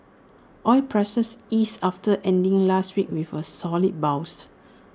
oil prices eased after ending last week with A solid bounce